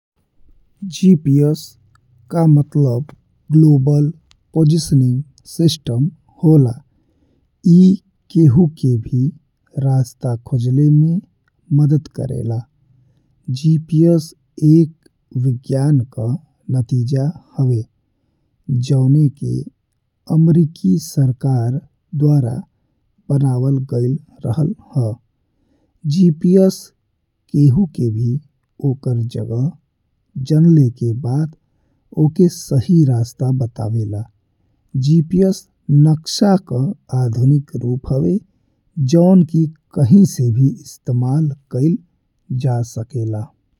GPS का मतलब global positioning system होला। एह केहू के भी रास्ता खोजले में मदद करेला, जीपीएस एक विज्ञान का नतीजा हवे जो ने के अमेरिकी सरकार द्वारा बनावल। गइल रहल हा जीपीएस केहू के भी ओकर जगह जानले के बाद ओकर सही रास्ता बतावेला, जीपीएस नक्शा का आधुनिक रूप हवे जौन कि कहीं से भी इस्तेमाल कइल जा सकेला।